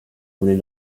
voulais